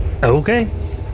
Okay